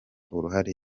uruhare